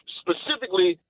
specifically